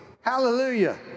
Hallelujah